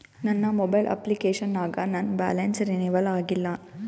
ನನ್ನ mobile application ನಾಗ ನನ್ ಬ್ಯಾಲೆನ್ಸ್ ರೀನೇವಲ್ ಆಗಿಲ್ಲ